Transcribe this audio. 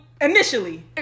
initially